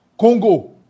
Congo